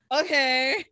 okay